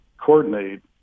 coordinate